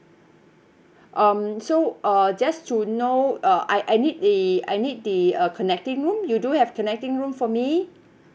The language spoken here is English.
um so uh just to know uh I I need the I need the uh connecting room you do have connecting room for me